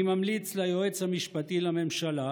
אני ממליץ ליועץ המשפטי לממשלה